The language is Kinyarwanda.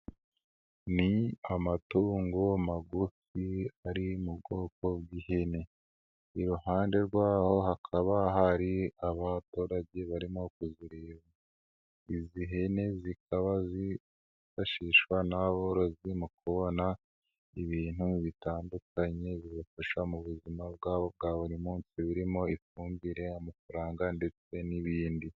Ni amatungo magufi ari mu bwoko bw'ihene. Iruhande rw'aho hakaba hari abaturage barimo kuzireba. Izi hene zikaba zifashishwa n'aborozi mu kubona ibintu bitandukanye bibafasha mu buzima bwabo bwa buri munsi birimo ifumbire, amafaranga ndetse n'ibindi.